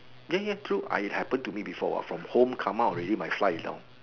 ya ya true I happened to me before what from home come out already my fly is down